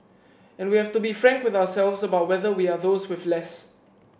and we have to be frank with ourselves about whether we are those with less